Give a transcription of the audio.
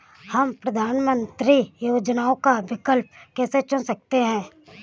हम प्रधानमंत्री योजनाओं का विकल्प कैसे चुन सकते हैं?